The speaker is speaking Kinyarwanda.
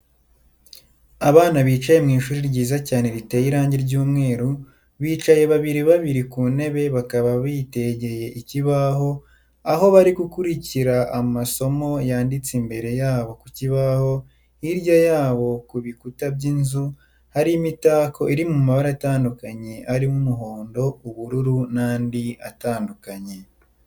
Abana bicaye mu ishuri ryiza cyane riteye irangi ry'umweru, bicaye babiri babiri ku ntebe bakaba bitegeye ikibaho aho bari gukurikira amasomo yanditse imbere yabo ku kibaho, hirya yabo ku bikuta by'inzu hari imitako iri mu mabara atandukanye arimo: umuhondo, ubururu n'andi atandukanye.